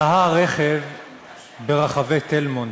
דהר רכב ברחבי תל-מונד,